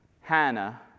Hannah